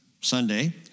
Sunday